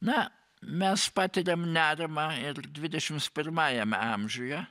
na mes patiriam nerimą ir dvidešimt pirmajame amžiuje